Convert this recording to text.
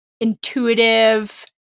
intuitive